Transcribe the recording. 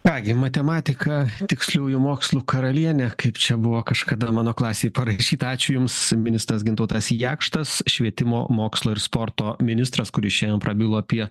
ką gi matematika tiksliųjų mokslų karalienė kaip čia buvo kažkada mano klasėj parašyta ačiū jums ministras gintautas jakštas švietimo mokslo ir sporto ministras kuris šiandien prabilo apie